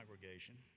congregation